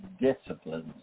disciplines